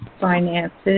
finances